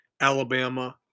Alabama